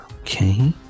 Okay